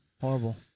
Horrible